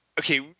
okay